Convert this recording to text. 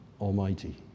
Almighty